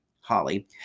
Holly